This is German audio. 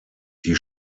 die